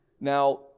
Now